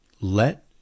let